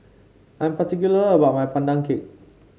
I'm particular about my Pandan Cake